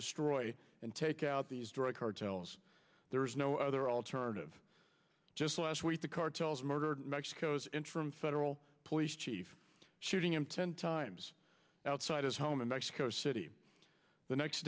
destroy and take out these drug cartels there is no other alternative just last week the cartels murdered mexico's interim federal police chief shooting him ten times outside his home in mexico city the next